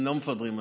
לא מוותרים עליו.